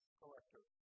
collector